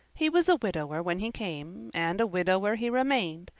he was a widower when he came, and a widower he remained,